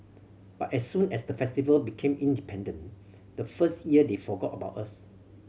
but as soon as the Festival became independent the first year they forgot about us